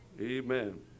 Amen